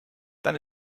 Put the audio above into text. dann